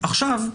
עכשיו,